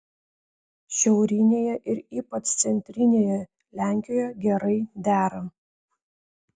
šiaurinėje ir ypač centrinėje lenkijoje gerai dera